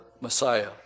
Messiah